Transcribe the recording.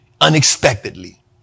unexpectedly